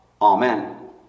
Amen